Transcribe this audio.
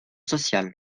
sociale